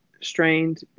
strained